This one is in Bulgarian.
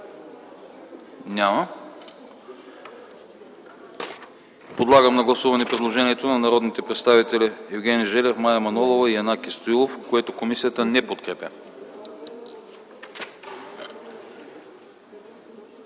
Няма. Подлагам на гласуване предложението на народните представители Евгений Желев, Мая Манолова и Янаки Стоилов, което комисията не подкрепя.